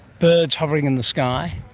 birds hovering in the sky.